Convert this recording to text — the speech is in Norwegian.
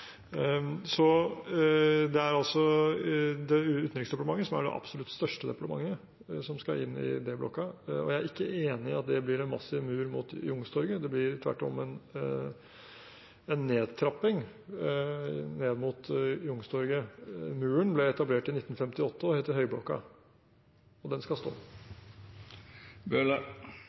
Det er altså Utenriksdepartementet som er det absolutt største departementet som skal inn i D-blokka, og jeg er ikke enig i at det blir en massiv mur mot Youngstorget. Det blir tvert om en nedtrapping ned mot Youngstorget. Muren ble etablert i 1958 og heter Høyblokka, og den skal stå.